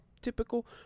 typical